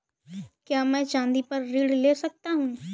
क्या मैं चाँदी पर ऋण ले सकता हूँ?